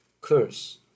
curse